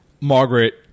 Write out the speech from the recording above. Margaret